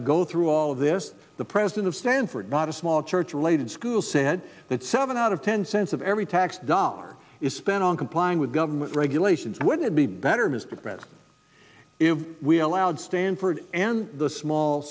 to go through all of this the president of stanford not a small church related school said that seven out of ten cents of every tax dollar is spent on complying with government regulations would it be better mr graham if we allowed stanford and the small